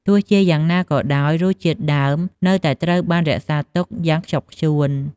ទោះជាយ៉ាងណាក៏ដោយ រសជាតិដើមនៅតែត្រូវបានរក្សាទុកយ៉ាងខ្ជាប់ខ្ជួន។